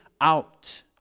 out